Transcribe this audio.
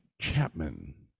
Chapman